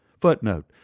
Footnote